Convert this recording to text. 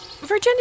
Virginia